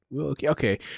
Okay